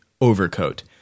Overcoat